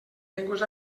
llengües